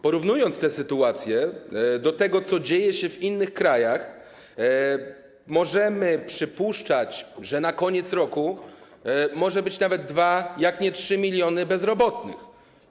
Porównując tę sytuację do tego, co dzieje się w innych krajach, możemy przypuszczać, że na koniec roku mogą być nawet 2, jak nie 3 mln bezrobotnych.